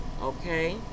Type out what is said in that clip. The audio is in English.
okay